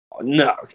no